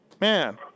Man